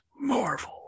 Marvel